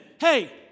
hey